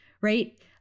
right